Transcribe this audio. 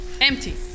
empty